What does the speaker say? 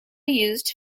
used